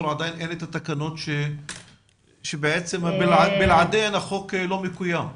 עדיין אין את התקנות שבעצם בלעדיהן החוק לא מקויים.